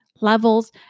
levels